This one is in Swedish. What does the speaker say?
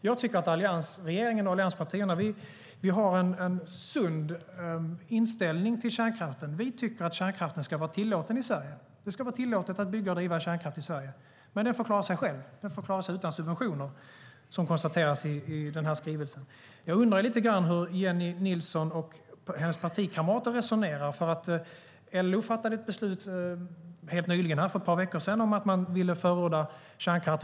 Jag tycker att alliansregeringen och allianspartierna har en sund inställning till kärnkraften. Vi tycker att kärnkraften ska vara tillåten i Sverige. Det ska vara tillåtet att bygga och driva kärnkraft i Sverige, men den får klara sig själv. Den får klara sig utan subventioner, vilket konstateras i den här skrivelsen. Jag undrar hur Jennie Nilsson och hennes partikamrater resonerar. För ett par veckor sedan fattade LO beslut om att man vill förorda kärnkraft.